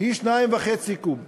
היא 2.5 קוב בלבד,